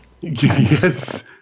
yes